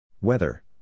Weather